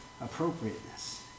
appropriateness